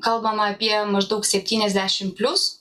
kalbama apie maždaug septyniasdešim plius